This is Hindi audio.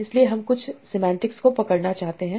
इसलिए हम कुछ सेमांटिक्स को पकड़ना चाहते हैं